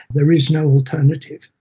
there is no alternative',